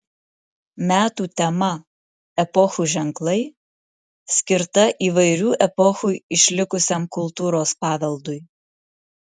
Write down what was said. metų tema epochų ženklai skirta įvairių epochų išlikusiam kultūros paveldui